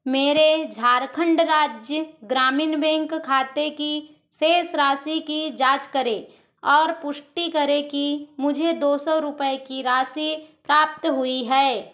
मेरे झारखण्ड राज्य ग्रामीण बैंक खाते की शेष राशि की जाँच करें और पुष्टि करें कि मुझे दो सौ रुपये की राशि प्राप्त हुई है